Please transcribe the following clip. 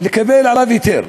לקבל עליו היתר,